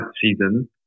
season